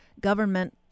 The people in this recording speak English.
government